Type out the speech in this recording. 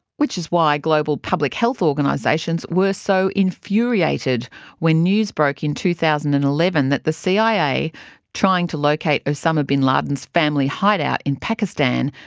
which is why global public health organisations were so infuriated when news broke in two thousand and eleven that the cia, trying to locate osama bin laden's family hideout in pakistan,